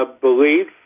belief